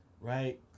right